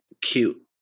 cute